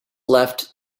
left